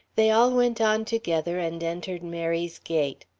they all went on together and entered mary's gate.